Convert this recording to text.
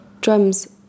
drums